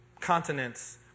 continents